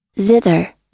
Zither